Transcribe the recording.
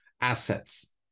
assets